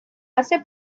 base